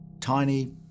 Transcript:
Tiny